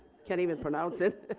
can't even pronounce it,